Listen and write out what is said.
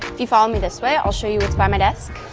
if you follow me this way, i'll show you what's by my desk.